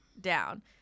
down